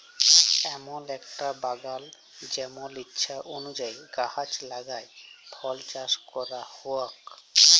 এমল একটা বাগাল জেমল ইছা অলুযায়ী গাহাচ লাগাই ফল চাস ক্যরা হউক